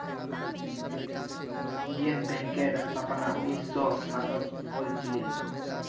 Indian बैंकेर स्थापना उन्नीस सौ सातत हल छिले